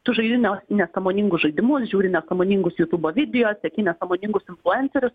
tu žaidi ne nesąmoningus žaidimus žiūri nesąmoningus jutūbo video seki nesąmoningus influencerius